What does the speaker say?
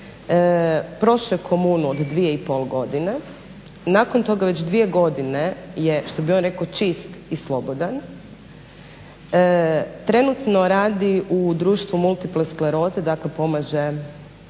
prošao je komunu od 2,5 godine, nakon toga već 2 godine je, što bi on rekao čist i slobodan. Trenutno radi u društvu multipleskleroze, dakle pomaže